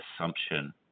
assumption